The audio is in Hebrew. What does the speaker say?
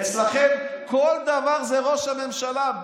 אצלכם כל דבר זה ראש הממשלה.